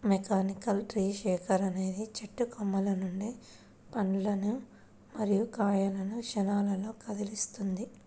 mechanical tree shaker అనేది చెట్టు కొమ్మల నుండి పండ్లు మరియు కాయలను క్షణాల్లో కదిలిస్తుంది